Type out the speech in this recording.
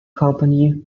company